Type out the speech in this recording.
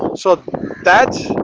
so that